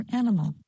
animal